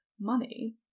money